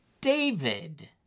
David